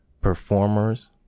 Performer's